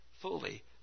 fully